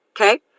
Okay